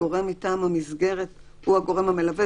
הגורם מטעם המסגרת הוא הגורם המלווה.